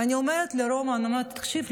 ואני אומרת לרומן: תקשיב,